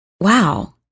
wow